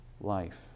life